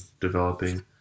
developing